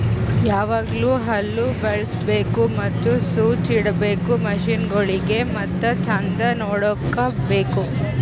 ಯಾವಾಗ್ಲೂ ಹಳ್ಳು ಬಳುಸ್ಬೇಕು ಮತ್ತ ಸೊಚ್ಚ್ ಇಡಬೇಕು ಮಷೀನಗೊಳಿಗ್ ಮತ್ತ ಚಂದ್ ನೋಡ್ಕೋ ಬೇಕು